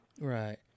Right